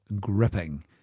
gripping